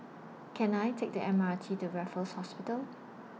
Can I Take The M R T to Raffles Hospital